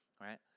right